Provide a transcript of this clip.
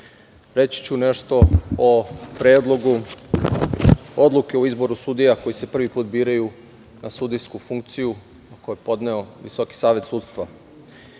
ću nešto o predlogu Odluke o izboru sudija koji se prvi put biraju na sudijsku funkciju, a koju je podneo Visoki savet sudstva.